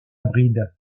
bride